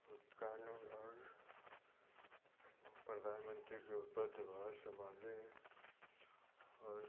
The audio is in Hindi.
वो कानून और प्रधानमंत्री के ओ पदभार संभाले और